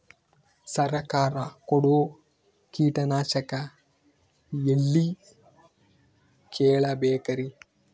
ಸರಕಾರ ಕೊಡೋ ಕೀಟನಾಶಕ ಎಳ್ಳಿ ಕೇಳ ಬೇಕರಿ?